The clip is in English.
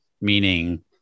Meaning